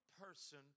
person